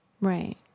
Right